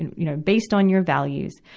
and you know, based on your values.